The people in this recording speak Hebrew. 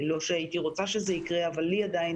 לא שהייתי רוצה שזה יקרה אבל לי עדיין